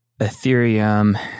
Ethereum